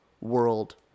world